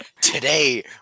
today